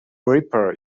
reaper